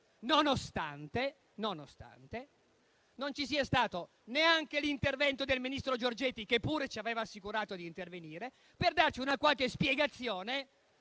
nonostante non ci sia stato neanche l'intervento del ministro Giorgetti, che pure ci aveva assicurato di intervenire per darci una qualche spiegazione